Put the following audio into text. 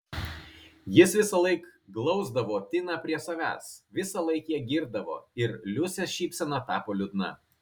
jis visąlaik glausdavo tiną prie savęs visąlaik ją girdavo ir liusės šypsena tapo liūdna